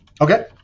okay